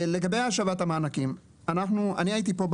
לגבי השבת המענקים אני הייתי פה,